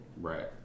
Right